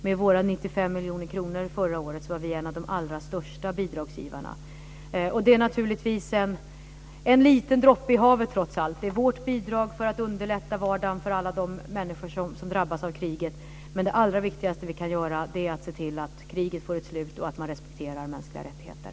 Med våra 95 miljoner kronor förra året var vi en av de allra största bidragsgivarna. Det är naturligtvis en liten droppe i havet, men det är trots allt vårt bidrag för att underlätta vardagen för alla de människor som drabbas av kriget. Men det allra viktigaste vi kan göra är att se till att kriget får ett slut och att man respekterar mänskliga rättigheter.